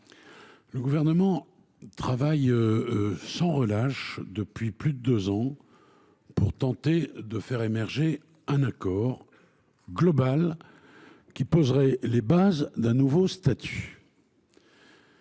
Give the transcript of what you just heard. Le Gouvernement travaille sans relâche depuis plus de deux ans pour tenter de faire émerger un accord global qui poserait les bases d’un nouveau statut.